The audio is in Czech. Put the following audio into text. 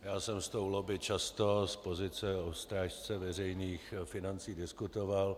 Já jsem s tou lobby často z pozice strážce veřejných financí diskutoval.